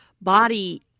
body